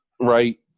Right